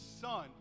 son